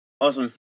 Awesome